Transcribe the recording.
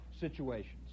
situations